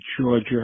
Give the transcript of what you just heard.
Georgia